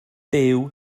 byw